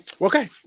Okay